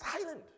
silent